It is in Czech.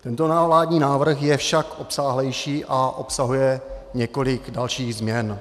Tento vládní návrh je však obsáhlejší a obsahuje několik dalších změn.